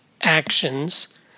actions